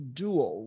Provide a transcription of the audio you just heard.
duo